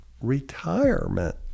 retirement